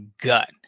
gut